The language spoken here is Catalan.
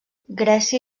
grècia